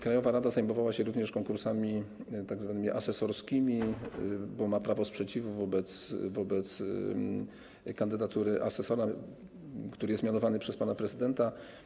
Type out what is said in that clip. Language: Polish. Krajowa rada zajmowała się również konkursami tzw. asesorskimi, bo ma prawo sprzeciwu wobec kandydatury asesora, który jest mianowany przez pana prezydenta.